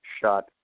shot